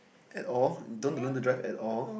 at all you don't want to learn to drive at all